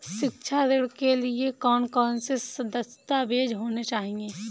शिक्षा ऋण के लिए कौन कौन से दस्तावेज होने चाहिए?